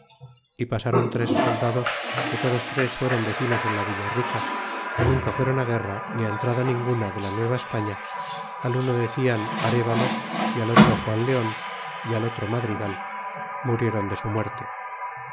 e pasron tres soldados que todos tres fuéron vecinos en la villa rica que nunca fuéron guerra ni entrada ninguna de la nueva españa al uno decian arevalo s al otro juan leon é al otro madrigal mudéron de su muerte